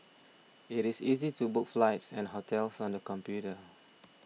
it is easy to book flights and hotels on the computer